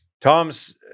Tom's